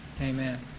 Amen